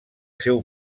seu